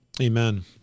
Amen